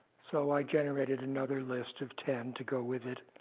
so i generated another list of ten to go with it.